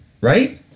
Right